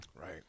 Right